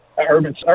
Urban